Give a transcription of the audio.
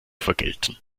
vergelten